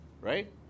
right